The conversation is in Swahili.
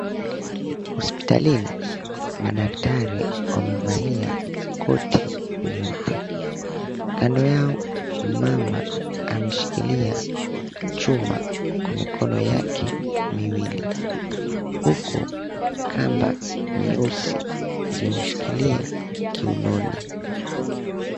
Hospitalini madaktari wamevalia koti nyeupe, kando yao mama ameshikilia chuma kwa mikono yake miwili huku kamba nyeusi zimemshikilia kiunoni.